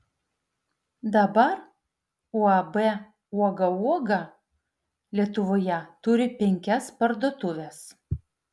dabar uab uoga uoga lietuvoje turi penkias parduotuves